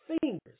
fingers